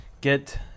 get